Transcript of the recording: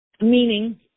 Meaning